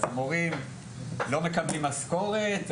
המורים לא מקבלים משכורת?